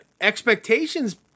expectations